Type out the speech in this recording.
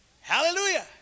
hallelujah